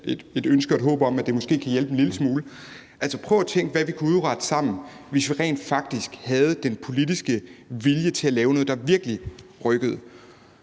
et ønske og et håb om, at det måske kan hjælpe en lille smule. Altså, prøv at tænke på, hvad vi kunne udrette sammen, hvis vi rent faktisk havde den politiske vilje til at lave noget, der virkelig rykkede.